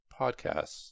podcasts